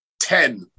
Ten